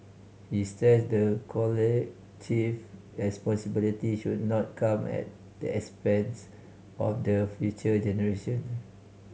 he stressed the collective responsibility should not come at the expense of the future generation